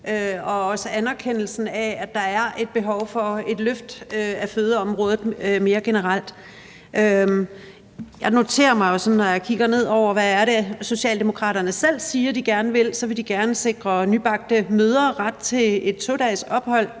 og også for anerkendelsen af, at der er et behov for et løft af fødeområdet mere generelt. Jeg noterer mig – når jeg kigger ned over, hvad det er, Socialdemokraterne selv siger at de gerne vil – at de gerne vil sikre nybagte mødre ret til et 2-dagesophold